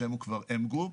השם הוא כבר Mgroup,